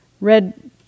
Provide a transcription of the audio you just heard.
Red